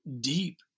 deep